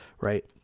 Right